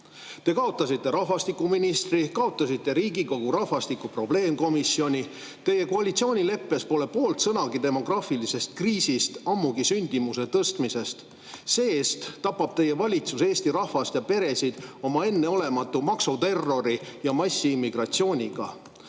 Te kaotasite rahvastikuministri, kaotasite Riigikogu rahvastiku[kriisi lahendamise] probleemkomisjoni. Teie koalitsioonileppes pole poolt sõnagi demograafilisest kriisist, ammugi sündimuse tõstmisest. See-eest tapab teie valitsus Eesti rahvast ja peresid enneolematu maksuterrori ja massiimmigratsiooniga.